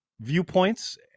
viewpoints